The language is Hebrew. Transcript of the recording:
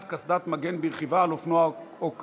קסדת מגן ברכיבה על אופנוע או קטנוע),